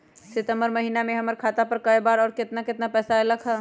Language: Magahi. सितम्बर महीना में हमर खाता पर कय बार बार और केतना केतना पैसा अयलक ह?